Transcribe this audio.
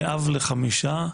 הוא מספר, אני אב לחמישה,